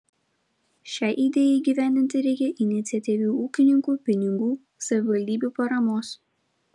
šiai idėjai įgyvendinti reikia iniciatyvių ūkininkų pinigų savivaldybių paramos